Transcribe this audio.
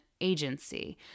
agency